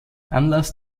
anlass